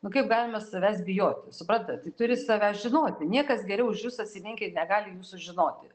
nu kaip galime savęs bijoti suprantat tai turi save žinoti niekas geriau už jus atsiminkit negali jūsų žinoti